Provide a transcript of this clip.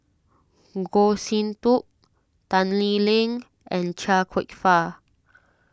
Goh Sin Tub Tan Lee Leng and Chia Kwek Fah